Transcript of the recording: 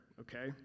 okay